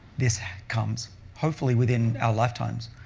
this comes, hopefully within our lifetimes.